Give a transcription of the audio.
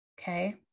okay